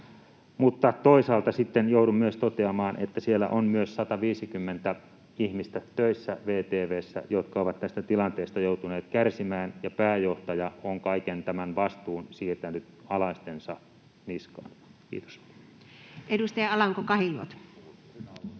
mutta toisaalta sitten joudun myös toteamaan, että VTV:ssä on myös töissä 150 ihmistä, jotka ovat tästä tilanteesta joutuneet kärsimään, ja pääjohtaja on kaiken tämän vastuun siirtänyt alaistensa niskaan. — Kiitos. [Speech 45] Speaker: